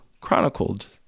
chronicled